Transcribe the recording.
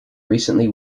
recently